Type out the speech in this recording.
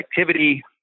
activity